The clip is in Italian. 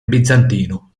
bizantino